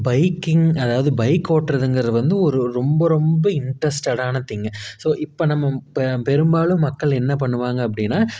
biking அதாவது bike ஓட்டுறதுங்கிறது வந்து ஒரு ரொம்ப ரொம்ப இண்ட்ரெஸ்ட்டடான திங்கு ஸோ இப்போ நம்ம இப்போ பெரும்பாலும் மக்கள் என்ன பண்ணுவாங்க அப்படின்னா